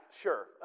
sure